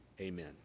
amen